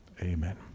Amen